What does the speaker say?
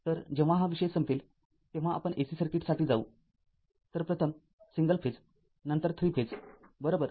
तर जेव्हा हा विषय संपेल तेव्हा आपण ac सर्किटसाठी जाऊ तर प्रथम सिंगल फेज नंतर ३ फेज बरोबर